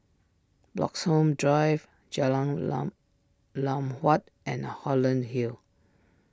Bloxhome Drive Jalan Lam Lam Huat and Holland Hill